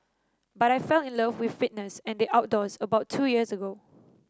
but I fell in love with fitness and the outdoors about two years ago